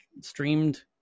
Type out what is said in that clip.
streamed